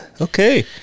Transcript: okay